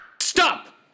Stop